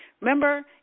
Remember